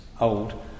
old